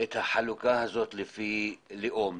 את החלוקה הזאת לפי לאום?